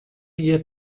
hjir